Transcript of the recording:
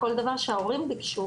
כל דבר שההורים ביקשו,